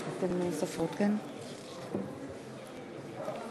הצעת חוק ההגנה על עתודות הגז למען עצמאות אנרגטית לישראל לא התקבלה.